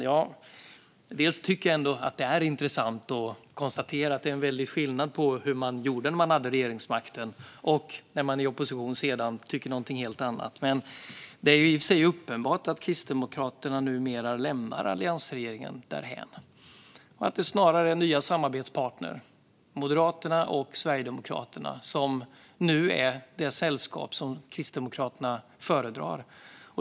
Jag tycker ändå att det är intressant att konstatera att det är stor skillnad mellan det man gjorde när man hade regeringsmakten och det man tycker när man är i opposition, nämligen något helt annat. Men det är också uppenbart att Kristdemokraterna numera lämnar alliansregeringen därhän. Nu är det snarare nya samarbetspartner, Moderaterna och Sverigedemokraterna, som Kristdemokraterna föredrar som sällskap.